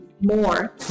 more